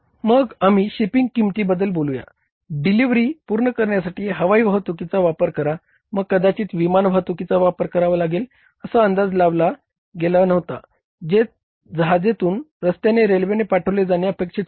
मग आम्ही शिपिंग किंमतीबद्दल बोलूया डिलिव्हरी पूर्ण करण्यासाठी हवाई वाहतुकीचा वापर करा मग कदाचित विमान वाहतुकीचा वापर करावा लागेल असा अंदाज लावला गेला नव्हता ते जहाजातून रस्त्याने रेल्वेने पाठवले जाणे अपेक्षित होते